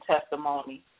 testimony